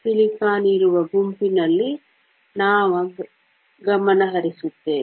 silicon ಇರುವ ಗುಂಪಿನಲ್ಲಿ ನಾವು ಗಮನಹರಿಸುತ್ತೇವೆ